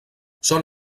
són